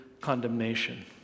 condemnation